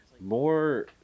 More